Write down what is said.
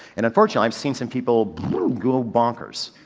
and unfortunately i've seen some people go bonkers.